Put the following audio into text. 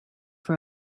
for